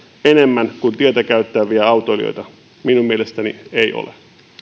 enemmän kuin tietä käyttäviä autoilijoita minun mielestäni ei ole